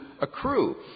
accrue